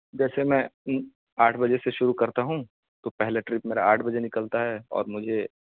جیسے میں آٹھ بجے سے شروع کرتا ہوں تو پہلا ٹرپ میرا آٹھ بجے نکلتا ہے اور مجھے